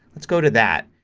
let's go to that.